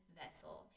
vessel